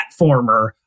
platformer